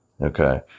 Okay